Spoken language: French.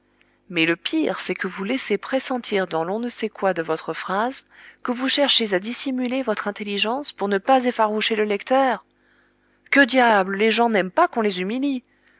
mais le pire c'est que vous laissez pressentir dans l'on ne sait quoi de votre phrase que vous cherchez à dissimuler votre intelligence pour ne pas effaroucher le lecteur que diable les gens n'aiment pas qu'on les humilie